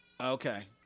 Okay